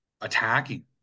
attacking